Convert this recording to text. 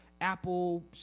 Apple